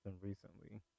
recently